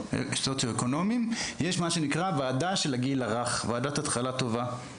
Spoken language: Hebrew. יש ועדה שנקראת ׳ועדת התחלה טובה.׳